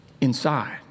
inside